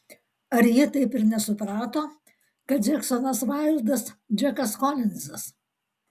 ar ji taip ir nesuprato kad džeksonas vaildas džekas kolinzas